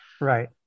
Right